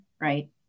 right